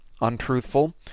untruthful